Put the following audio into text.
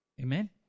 Amen